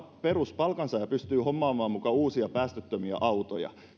peruspalkansaaja pystyy hommaamaan muka uusia päästöttömiä autoja